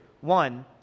One